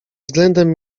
względem